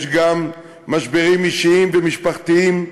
יש גם משברים אישיים ומשפחתיים,